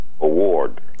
award